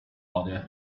order